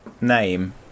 name